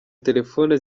telephone